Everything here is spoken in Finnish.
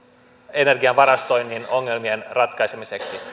energian varastoinnin ongelmien ratkaisemiseksi